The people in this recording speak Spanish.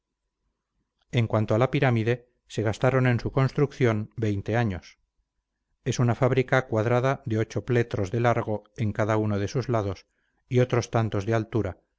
en cuanto a la pirámide se gastaron en su construcción años es una fábrica cuadrada de ocho pletros de largo en cada uno de sus lados y otros tantos de altura